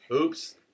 oops